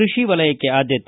ಕೃಷಿ ವಲಯಕ್ಕೆ ಆದ್ಯತೆ